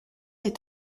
est